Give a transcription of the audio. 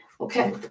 Okay